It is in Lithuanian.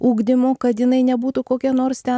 ugdymu kad jinai nebūtų kokia nors ten manau